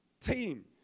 Team